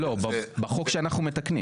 לא בחוק שאנחנו מתקנים.